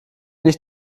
nicht